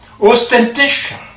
ostentation